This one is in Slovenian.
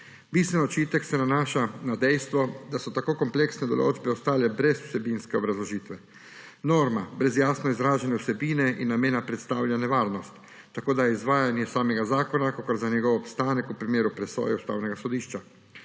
Bistveni očitek se nanaša na dejstvo, da so tako kompleksne določbe ostale brez vsebinske obrazložitve. Norma brez jasno izražene vsebine in namena predstavlja nevarnost, tako da je izvajanje samega zakona kakor njegov obstanek v primeru presoje Ustavnega sodišča.